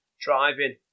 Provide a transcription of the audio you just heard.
driving